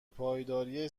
پایداری